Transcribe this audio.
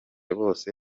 bose